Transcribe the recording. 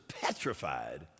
petrified